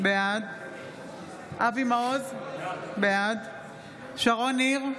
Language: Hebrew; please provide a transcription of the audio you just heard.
בעד אבי מעוז, בעד שרון ניר,